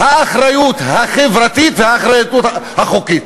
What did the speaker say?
האחריות החברתית והאחריות החוקית.